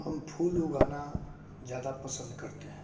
हम फूल उगाना ज़्यादा पसंद करते हैं